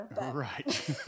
Right